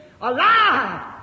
alive